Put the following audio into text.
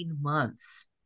months